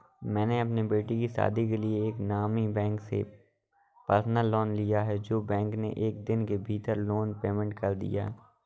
मैंने अपने बेटे की शादी के लिए एक नामी बैंक से पर्सनल लोन लिया है जो बैंक ने एक दिन के भीतर लोन पेमेंट कर दिया